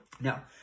Now